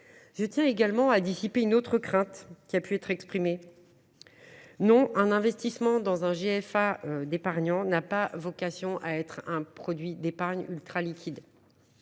Je tiens également à dissiper une autre crainte qui a pu être exprimée. Non, un investissement dans un GFA d’épargnants n’a pas vocation à être un produit d’épargne ultraliquide.